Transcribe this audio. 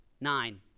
nine